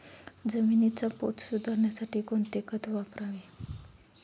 जमिनीचा पोत सुधारण्यासाठी कोणते खत वापरावे?